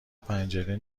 پنجره